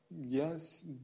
Yes